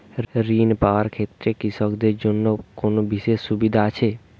ঋণ পাওয়ার ক্ষেত্রে কৃষকদের জন্য কোনো বিশেষ সুবিধা আছে?